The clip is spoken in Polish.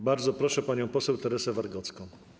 Bardzo proszę panią poseł Teresę Wargocką.